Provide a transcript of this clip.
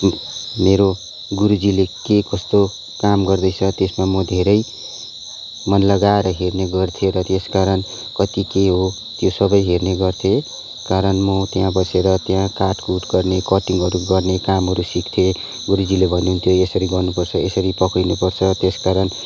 मेरो गुरुजीले के कस्तो काम गर्दैछ त्यसमा म धेरै मन लगाएर हेर्ने गर्थेँ र त्यसकारण कति के हो त्यो सबै हेर्ने गर्थेँ कारण म त्यहाँ बसेर त्यहाँ काटकुट गर्ने कटिङहरू गर्ने कामहरू सिक्थेँ गरुजीले भन्नुहुन्थ्यो यसरी गर्नुपर्छ यसरी पक्रिनु पर्छ त्यस कारण